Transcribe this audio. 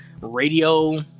radio